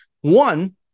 One